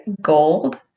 Gold